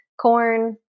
corn